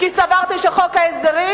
כי סברתי שחוק ההסדרים,